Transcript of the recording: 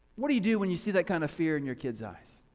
what do you do when you see that kind of fear in your kids eyes?